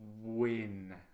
win